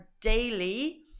daily